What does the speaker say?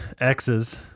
X's